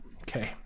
Okay